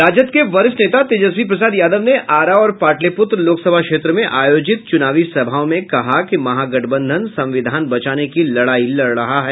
राजद के वरिष्ठ नेता तेजस्वी प्रसाद यादव ने आरा और पाटलिपुत्र लोकसभा क्षेत्र में आयोजित चुनावी सभाओं में कहा कि महागठबंधन संविधान बचाने की लड़ाई लड़ रहा है